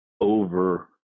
over